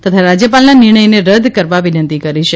તથા રાજયપાલના નિર્ણયને રદ કરવા વિનંતી કરી છે